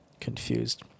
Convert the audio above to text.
Confused